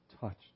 touched